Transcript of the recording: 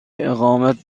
اقامت